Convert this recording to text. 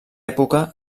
època